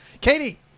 Katie